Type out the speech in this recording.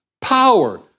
Power